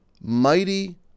mighty